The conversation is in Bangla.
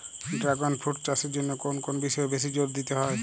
ড্রাগণ ফ্রুট চাষের জন্য কোন কোন বিষয়ে বেশি জোর দিতে হয়?